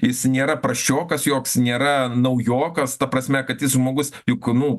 jis nėra prasčiokas joks nėra naujokas ta prasme kad jis žmogus juk nu